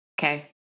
Okay